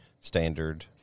standard